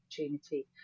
opportunity